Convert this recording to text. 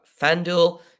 FanDuel